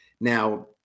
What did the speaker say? Now